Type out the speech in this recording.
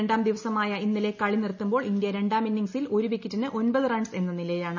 രണ്ടാം ദിവസമായ ഇന്നലെ ക്കളി നിർത്തുമ്പോൾ ഇന്തൃ രണ്ടാം ഇന്നിംഗ്സിൽ ഒരു വിക്കിട്ടുന് ഒമ്പത് റൺസ് എന്ന നിലയിലാണ്